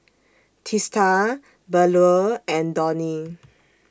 Teesta Bellur and Dhoni